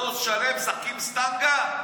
מטוס שלם משחקים סטנגה?